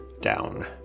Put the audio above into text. down